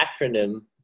acronym